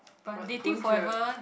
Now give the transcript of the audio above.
but don't you